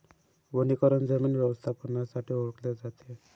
वनीकरण जमीन व्यवस्थापनासाठी ओळखले जाते